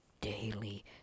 daily